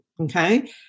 okay